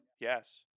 yes